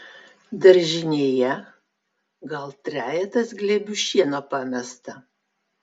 daržinėje gal trejetas glėbių šieno pamesta